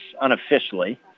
unofficially